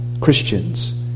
Christians